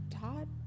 Todd